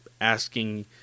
asking